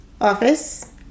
office